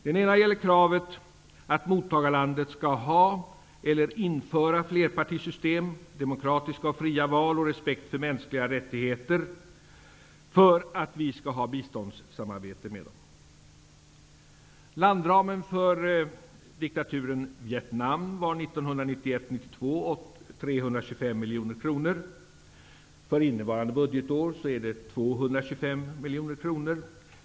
Den ena gäller kravet att mottagarlandet skall ha eller införa flerpartisystem, demokratiska och fria val och respekt för mänskliga rättigheter för att vi skall ha biståndssamarbete med dem. miljoner kronor. För innevarande budgetår är den 225 miljoner kronor.